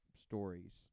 Stories